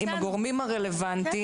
עם הגורמים הרלוונטיים,